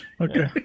Okay